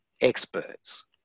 experts